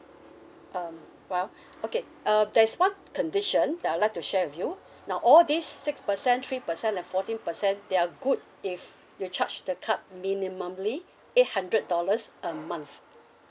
um well okay uh there's one condition that I'd like to share with you now all these six percent three percent and fourteen percent they're good if you charge the card eight hundred dollars a month